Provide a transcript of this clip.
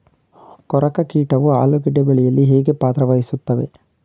ಕೊರಕ ಕೀಟವು ಆಲೂಗೆಡ್ಡೆ ಬೆಳೆಯಲ್ಲಿ ಹೇಗೆ ಪಾತ್ರ ವಹಿಸುತ್ತವೆ?